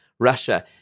Russia